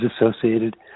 associated